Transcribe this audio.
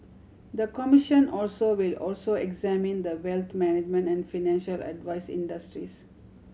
the commission also will also examine the wealth management and financial advice industries